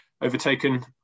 overtaken